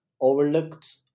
overlooked